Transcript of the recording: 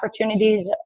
opportunities